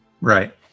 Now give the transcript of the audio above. Right